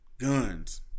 Guns